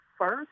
first